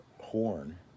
horn